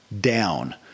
down